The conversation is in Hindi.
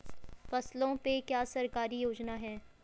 फसलों पे क्या सरकारी योजना है?